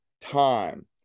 time